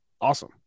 awesome